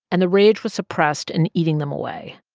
and the rage was suppressed and eating them away.